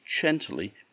gently